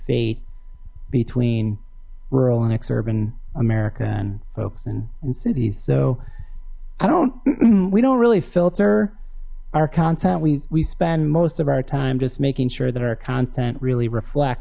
fate between rural and exurban america and folks in in cities so i don't we don't really filter our content we spend most of our time just making sure that our content really reflect